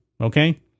Okay